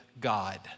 God